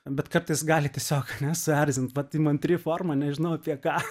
bet kartais gali tiesiog ane suerzint vat įmantri forma nežinau apie ką